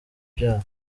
byaha